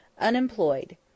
Unemployed